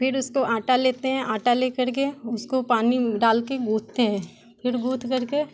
फिर उसको आटा लेते हैं आटा लेकर के उसको पानी डाल के गूथते फिर गूथकर के